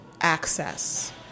access